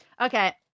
Okay